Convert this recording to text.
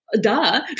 Duh